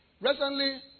recently